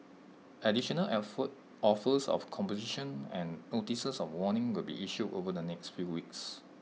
additional offer offers of composition and notices of warning will be issued over the next few weeks